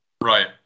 Right